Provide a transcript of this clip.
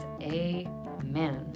Amen